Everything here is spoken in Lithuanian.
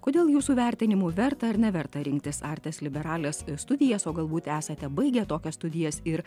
kodėl jūsų vertinimu verta ar neverta rinktis artes liberales studijas o galbūt esate baigę tokias studijas ir